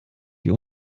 die